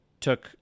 took